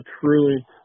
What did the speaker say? truly